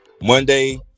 Monday